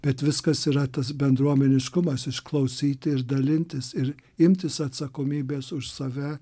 bet viskas yra tas bendruomeniškumas išklausyti ir dalintis ir imtis atsakomybės už save